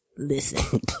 listen